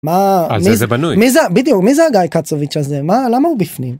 מה על זה זה בנוי. מי זה גיא הקצוביץ' הזה מה למה הוא בפנים ?